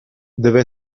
deve